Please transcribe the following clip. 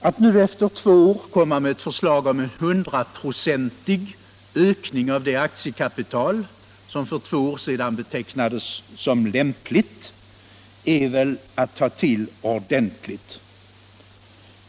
Att nu efter två år lägga fram ett förslag om en hundraprocentig ökning av det aktiekapital som för två år sedan betecknades som lämpligt är att ta till ordentligt.